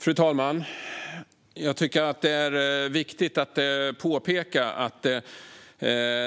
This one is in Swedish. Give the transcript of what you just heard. Fru talman! Jag tycker att det är viktigt att påpeka att det